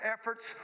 efforts